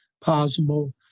possible